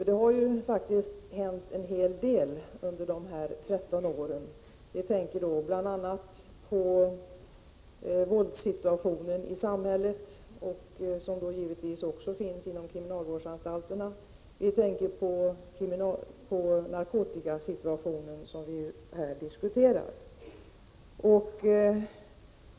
Det har faktiskt hänt en hel del under dessa 13 år, bl.a. med tanke på våldssituationen i samhället — och givetvis också inom kriminalvårdsanstalterna — och med tanke på narkotikasituationen, som nu diskuteras.